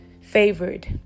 favored